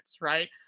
right